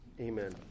amen